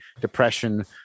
depression